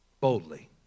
boldly